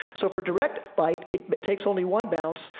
so for direct light, it takes only one bounce,